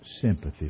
sympathy